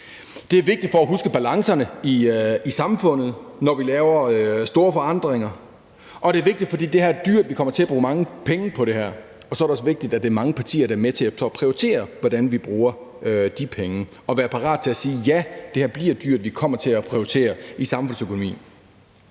Det er vigtigt for at huske balancerne i samfundet, når vi laver store forandringer, og det er vigtigt, fordi det her er dyrt, vi kommer til bruge mange penge på det her, og så er det også vigtigt, at det er mange partier, der er med til at prioritere, hvordan vi bruger de penge, og er parat til at sige: Ja, det her bliver dyrt, vi kommer til at prioritere i samfundsøkonomien.